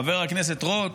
חבר הכנסת רוט,